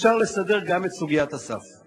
אפשר לסדר גם את סוגיית הסף.